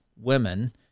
women